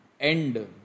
end